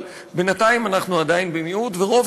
אבל בינתיים אנחנו עדיין במיעוט ורוב